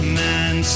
man